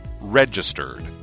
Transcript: Registered